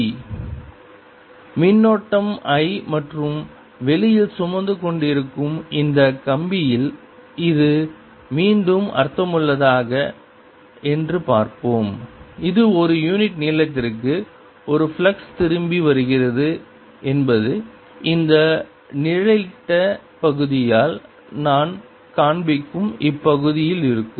12LI20I24πlnbaL02πlnba மின்னோட்டம் I மற்றும் வெளியில் சுமந்து கொண்டிருக்கும் இந்த கம்பியில் இது மீண்டும் அர்த்தமுள்ளதா என்று பார்ப்போம் இது ஒரு யூனிட் நீளத்திற்கு ஒரு ஃப்ளக்ஸ் திரும்பி வருகிறது என்பது இந்த நிழலிடப்பட்ட பகுதியால் நான் காண்பிக்கும் இப் பகுதியில் இருக்கும்